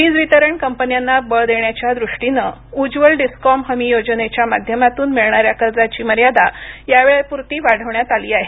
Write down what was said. वीज वितरण कंपन्यांना बळ देण्याच्या दृष्टीनं उज्ज्वल डिस्कॉम हमी योजनेच्या माध्यमातून मिळणार्याव कर्जाची मर्यादा या वेळ पुरती वाढवण्यात आली आहे